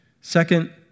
Second